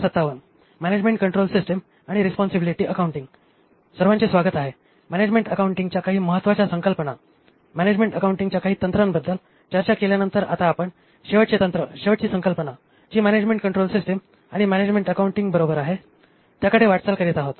सर्वांचे स्वागत आहे मॅनेजमेंट अकाउंटिंगच्या काही महत्वाच्या संकल्पना मॅनेजमेंट अकाउंटिंगच्या काही तंत्रांबद्दल चर्चा केल्यानंतर आता आपण शेवटचे तंत्र शेवटची संकल्पना जी मॅनेजमेंट कंट्रोल सिस्टीम आणि मॅनेजमेंट अकाउंटिंग बरोबर आहे त्याकडे वाटचाल करीत आहोत